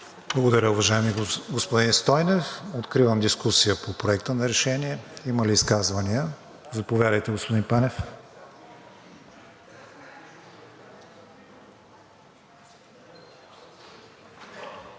Благодаря, уважаеми господин Стойнев. Откривам дискусия по Проекта на решение. Има ли изказвания? Заповядайте, господин Панев. ВЛАДИСЛАВ